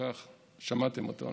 שמעתם אותו,